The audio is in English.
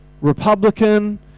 Republican